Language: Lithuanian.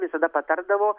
visada patardavo